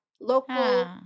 local